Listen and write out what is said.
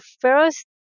first